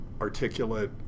articulate